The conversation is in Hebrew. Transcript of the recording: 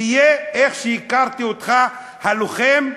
תהיה כמו שהכרתי אותך: הלוחם,